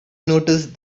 noticed